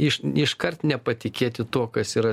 iš iškart nepatikėti tuo kas yra